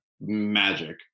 magic